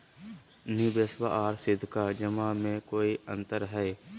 निबेसबा आर सीधका जमा मे कोइ अंतर हय?